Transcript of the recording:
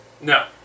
No